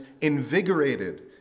invigorated